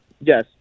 yes